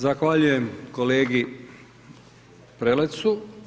Zahvaljujem kolegi Prelecu.